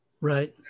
Right